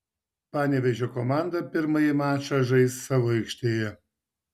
panevėžio komanda pirmąjį mačą žais savo aikštėje